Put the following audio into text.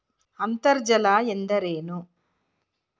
ಅಂತರ್ಜಲ ಎಂದರೇನು?